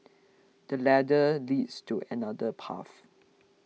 the ladder leads to another path